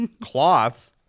cloth